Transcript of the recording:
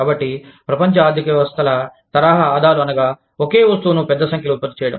కాబట్టి ప్రపంచ ఆర్థిక వ్యవస్థల తరహా ఆదాలు అనగా ఒకే వస్తువును పెద్ద సంఖ్యలో ఉత్పత్తి చేయడం